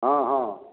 ହଁ ହଁ